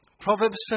Proverbs